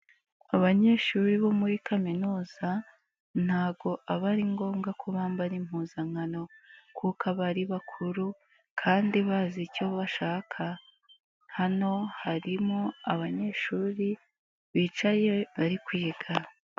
Abanyeshuri bo muri kaminuza ntago aba ari ngombwa ko bambara impuzankano kuko aba ari bakuru kandi bazi icyo bashaka, hano harimo abanyeshuri bicaye bari kwiga.